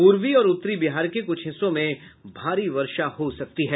पूर्वी और उत्तरी बिहार के कुछ हिस्सों में भारी वर्षा हो सकती है